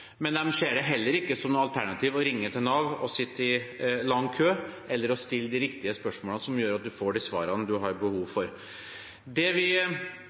ser det heller ikke som noe alternativ å ringe til Nav og sitte i lang kø, eller å stille de riktige spørsmålene som gjør at man får de svarene man har behov for. Det vi